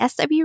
SW